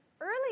early